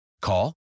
Call